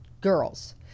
girls